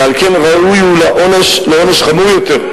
ועל כן ראוי הוא לעונש חמור יותר.